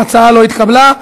ההצעה לא התקבלה.